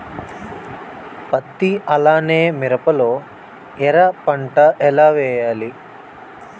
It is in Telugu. పత్తి అలానే మిరప లో ఎర పంట ఏం వేయాలి?